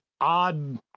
odd